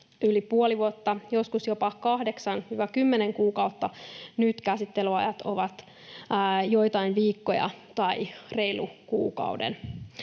yli puoli vuotta, joskus jopa 8—10 kuukautta, nyt käsittelyajat ovat joitain viikkoja tai reilun kuukauden.